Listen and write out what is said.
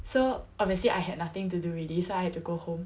so obviously I had nothing to do really so I had to go home